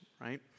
right